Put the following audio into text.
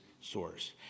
source